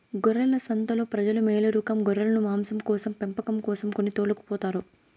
గొర్రెల సంతలో ప్రజలు మేలురకం గొర్రెలను మాంసం కోసం పెంపకం కోసం కొని తోలుకుపోతారు